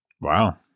Wow